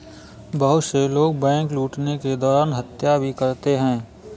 बहुत से लोग बैंक लूटने के दौरान हत्या भी करते हैं